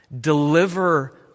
deliver